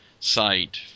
site